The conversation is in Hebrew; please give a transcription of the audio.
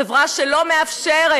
חברה שלא מאפשרת,